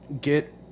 Get